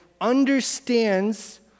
understands